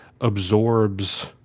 absorbs